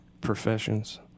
professions